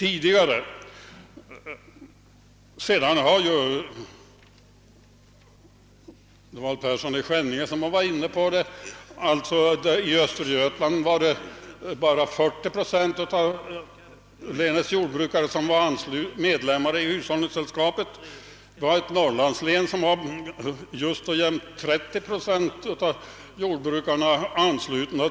Herr Persson i Skänninge nämnde att det i Östergötland endast var 40 procent av länets jordbrukare som var medlemmar i hushållningssällskapen. Det finns ett norrlandslän som nätt och jämnt har 30 procent av sina jordbrukare anslutna.